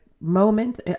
moment